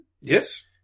Yes